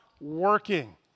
working